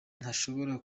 ntashobora